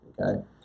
okay